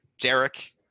Derek